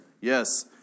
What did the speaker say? Yes